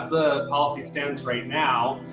the policy stands right now,